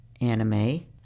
anime